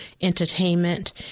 entertainment